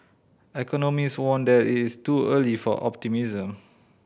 economist warned that it is too early for optimism